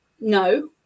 no